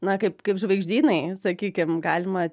na kaip kaip žvaigždynai sakykim galima